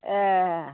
ए